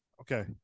Okay